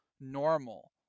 normal